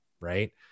right